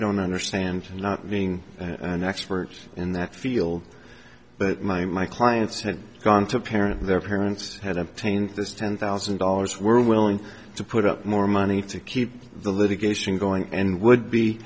don't understand and not being an expert in that field but my my clients had gone to parent their parents had obtained this ten thousand dollars were willing to put up more money to keep the litigation going and would be